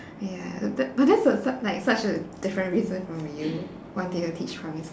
ya b~ but that's a s~ like such a different reason from you wanting to teach primary